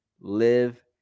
live